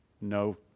no